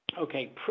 Okay